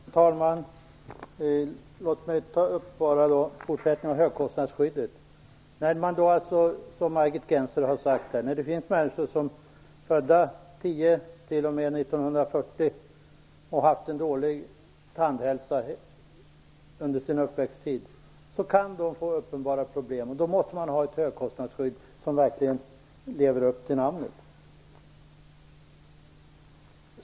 Fru talman! Låt mig återigen ta upp högkostnadsskyddet. Precis som Margit Gennser sade kan människor som är födda mellan 1910 och 1940 och som har haft en dålig tandhälsa under sin uppväxttid få uppenbara problem, och för deras skull måste vi då ha ett högkostnadsskydd som verkligen lever upp till namnet.